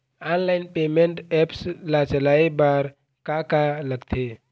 Online payment apps ला चलाए बार का का लगथे?